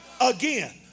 again